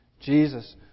Jesus